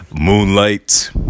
Moonlight